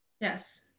Yes